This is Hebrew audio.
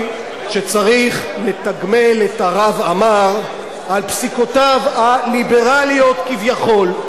שצריך לתגמל את הרב עמאר על פסיקותיו הליברליות כביכול.